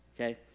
okay